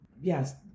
Yes